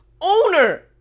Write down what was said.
owner